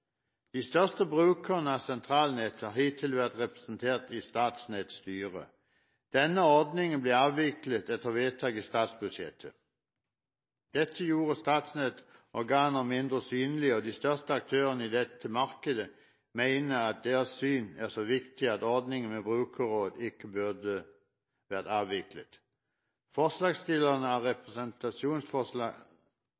De største brukerne av sentralnettet har hittil vært representert i Statnetts styre. Denne ordningen ble avviklet etter vedtak i statsbudsjettet. Dette gjorde Statnetts organer mindre synlige, og de største aktørene i dette markedet mener at deres syn er så viktig at ordningen med brukerråd ikke burde vært avviklet. Forslagsstillerne av representantforslaget er